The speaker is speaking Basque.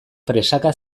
presaka